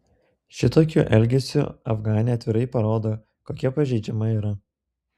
šitokiu elgesiu afganė atvirai parodo kokia pažeidžiama yra